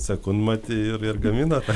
sekundmatį ir ir gaminate